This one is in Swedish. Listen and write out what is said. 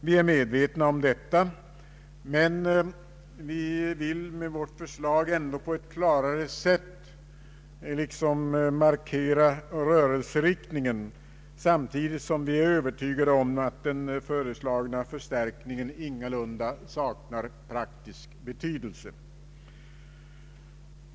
Vi är medvetna om det, men vi vill ändå med vårt förslag på ett klarare sätt markera rörelseriktningen, samtidigt som vi är övertygade om att den föreslagna förstärkningen ingalunda saknar praktisk betydelse.